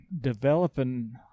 developing